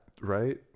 Right